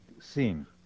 scene